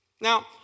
Now